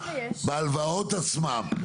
בהלוואות עצמן,